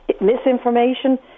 misinformation